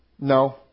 No